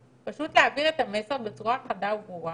פשוט כדי להעביר את המסר בצורה חדה וברורה